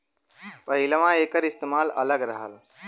पहिलवां एकर इस्तेमाल अलग रहल